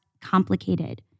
complicated